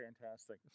Fantastic